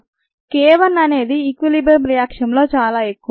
k 1 అనేది equilibrium రియాక్షన్లో చాలా ఎక్కువ